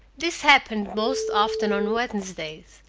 this happened most often on wednesdays,